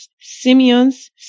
Simeons